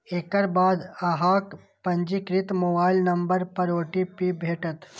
एकर बाद अहांक पंजीकृत मोबाइल नंबर पर ओ.टी.पी भेटत